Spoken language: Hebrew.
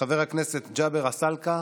חבר הכנסת ג'אבר עסאקלה,